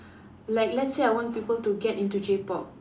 like let's say I want people to get into J-pop